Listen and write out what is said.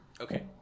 Okay